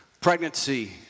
Pregnancy